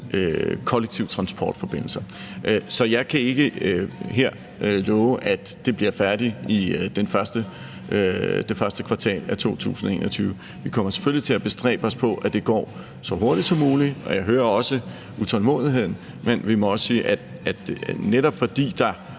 kollektive transportforbindelser. Så jeg kan ikke her love, at det bliver færdigt i det første kvartal af 2021. Vi kommer selvfølgelig til at bestræbe os på, at det går så hurtigt som muligt – og jeg hører også utålmodigheden – men vi må også sige, at det, netop fordi der